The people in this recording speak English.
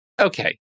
okay